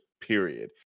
period